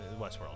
Westworld